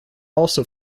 also